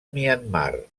myanmar